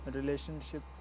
relationship